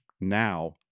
now